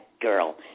girl